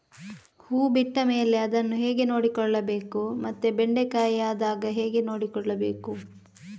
ಹೂ ಬಿಟ್ಟ ಮೇಲೆ ಅದನ್ನು ಹೇಗೆ ನೋಡಿಕೊಳ್ಳಬೇಕು ಮತ್ತೆ ಬೆಂಡೆ ಕಾಯಿ ಆದಾಗ ಹೇಗೆ ನೋಡಿಕೊಳ್ಳಬೇಕು?